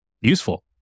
useful